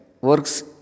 works